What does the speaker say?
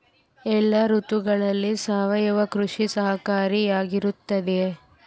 ಎಲ್ಲ ಋತುಗಳಲ್ಲಿ ಸಾವಯವ ಕೃಷಿ ಸಹಕಾರಿಯಾಗಿರುತ್ತದೆಯೇ?